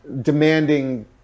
demanding